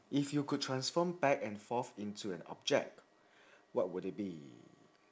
if you could transform back and forth into an object what would it be